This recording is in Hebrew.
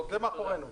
זה כבר מאחורינו.